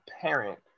parent